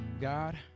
God